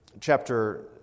chapter